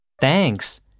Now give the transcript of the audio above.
Thanks